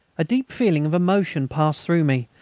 a deep feeling of emotion passed through me,